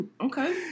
Okay